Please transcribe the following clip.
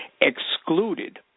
excluded